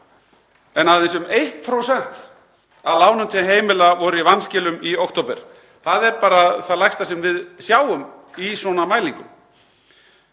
en aðeins um 1% af lánum til heimila voru í vanskilum í október. Það er bara það lægsta sem við sjáum í svona mælingum.